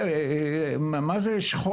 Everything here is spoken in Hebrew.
מה זה שכול?